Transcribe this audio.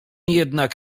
jednak